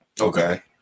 Okay